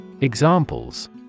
Examples